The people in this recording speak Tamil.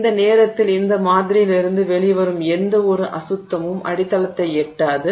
அந்த நேரத்தில் அந்த மாதிரியிலிருந்து வெளிவரும் எந்தவொரு அசுத்தமும் அடித்தளத்தை எட்டாது